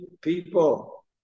people